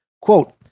Quote